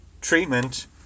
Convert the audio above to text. treatment